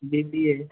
B B A